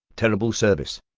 terrible service!